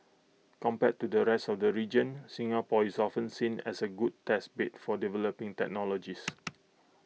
compared to the rest of the region Singapore is often seen as A good test bed for developing technologies